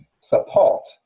Support